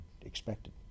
expected